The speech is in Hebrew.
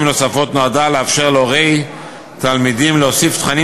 נוספות נועדה לאפשר להורי תלמידים להוסיף תכנים